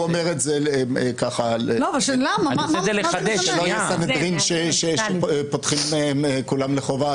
שלא תהיה סנהדרין שפותחים כולם לחובה,